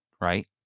right